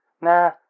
Nah